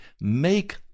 make